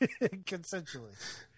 Consensually